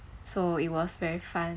so it was very fun